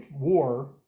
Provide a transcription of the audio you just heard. war